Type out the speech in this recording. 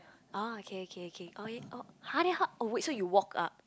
oh okay okay okay oh yeah oh !huh! then how so you walk up